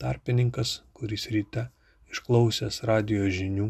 tarpininkas kuris ryte išklausęs radijo žinių